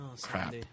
Crap